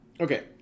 okay